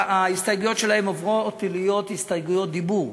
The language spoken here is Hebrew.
ההסתייגויות שלהם עוברות להיות הסתייגויות דיבור,